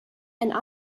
and